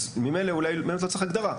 אז אולי באמת לא צריך הגדרה.